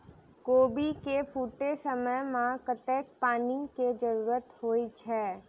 कोबी केँ फूटे समय मे कतेक पानि केँ जरूरत होइ छै?